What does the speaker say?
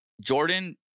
Jordan